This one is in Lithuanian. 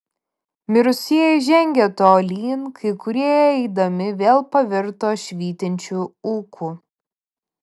mirusieji žengė tolyn kai kurie eidami vėl pavirto švytinčiu ūku